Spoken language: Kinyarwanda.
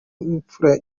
imfura